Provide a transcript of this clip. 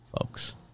folks